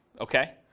okay